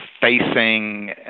facing